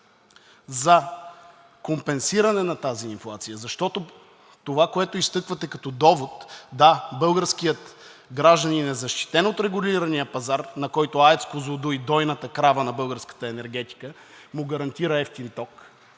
за компенсиране на тази инфлация. Защото това, което изтъквате като доводи, да, българският гражданин е защитен от регулирания пазар, на който АЕЦ „Козлодуй“ – дойната крава на българската енергетика, му гарантира евтин ток,